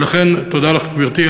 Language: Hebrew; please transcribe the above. ולכן, תודה לך, גברתי.